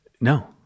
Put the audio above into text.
No